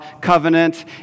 covenant